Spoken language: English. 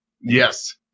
Yes